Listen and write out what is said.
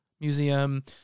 museum